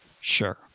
sure